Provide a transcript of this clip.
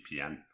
VPN